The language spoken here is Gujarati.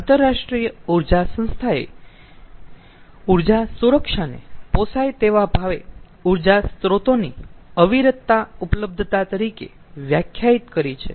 આંતરરાષ્ટ્રીય ઊર્જા સંસ્થાએ ઊર્જા સુરક્ષાને પોસાય તેવા ભાવે ઊર્જા સ્ત્રોતોની અવિરત ઉપલબ્ધતા તરીકે વ્યાખ્યાયિત કરે છે